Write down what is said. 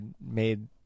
made